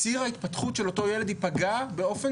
ציר ההתפתחות של אותו ילד יפגע באופן